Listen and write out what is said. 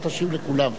אתה תשיב לכולם.